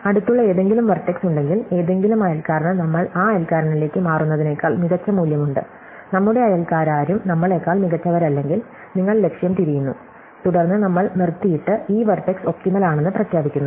അടുത്തുള്ള ഏതെങ്കിലും വെർടെക്സ് ഉണ്ടെങ്കിൽ ഏതെങ്കിലും അയൽക്കാരന് നമ്മൾ ആ അയൽക്കാരനിലേക്ക് മാറുന്നതിനേക്കാൾ മികച്ച മൂല്യമുണ്ട് നമ്മുടെ അയൽക്കാരാരും നമ്മളെക്കാൾ മികച്ചവരല്ലെങ്കിൽ നിങ്ങൾ ലക്ഷ്യം തിരിയുന്നു തുടർന്ന് നമ്മൾ നിർത്തിയിട്ട് ഈ വെർടെക്സ് ഒപ്റ്റിമൽ ആണെന്ന് പ്രഖ്യാപിക്കുന്നു